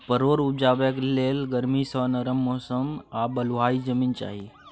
परोर उपजेबाक लेल गरमी सँ नरम मौसम आ बलुआही जमीन चाही